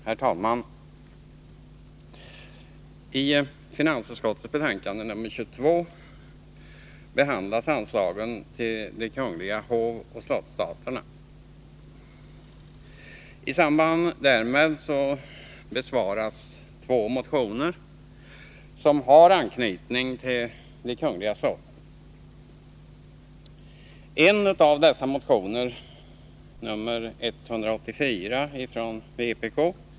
Herr talman! I finansutskottets betänkande nr 22 behandlas anslagen till de kungliga hovoch slottsstaterna. I samband därmed besvaras två motioner som har anknytning till de kungliga slotten. En av dessa är motionen nr 184 från vpk.